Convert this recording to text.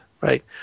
Right